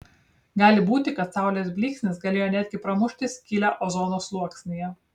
gali būti kad saulės blyksnis galėjo netgi pramušti skylę ozono sluoksnyje